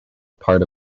part